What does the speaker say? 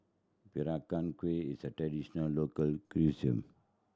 Peranakan Kueh is a traditional local cuisine